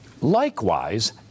Likewise